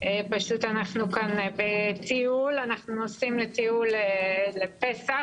פשוט אנחנו כאן בטיול, אנחנו נוסעים לטיול לפסח,